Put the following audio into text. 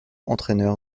entraîneur